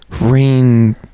rain